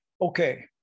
Okay